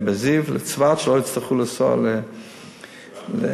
בזיו בצפת, שלא יצטרכו לנסוע, רמב"ם.